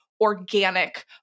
organic